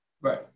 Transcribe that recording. Right